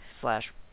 slash